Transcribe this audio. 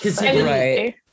Right